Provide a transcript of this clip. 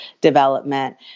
development